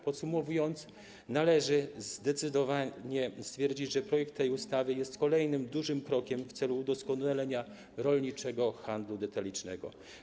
Podsumowując, należy zdecydowanie stwierdzić, że projekt ustawy jest kolejnym dużym krokiem w celu udoskonalenia rolniczego handlu detalicznego.